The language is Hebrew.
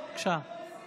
בבקשה.